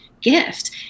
gift